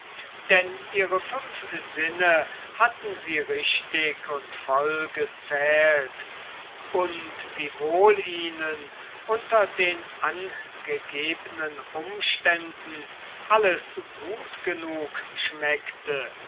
denn ihre fünf sinnen hatten sie richtig und vollgezählt und wiewohl ihnen unter den angegebnen umständen alles gut genug schmeckte